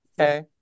okay